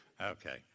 Okay